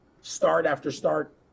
start-after-start